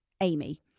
Amy